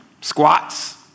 squats